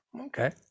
Okay